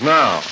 now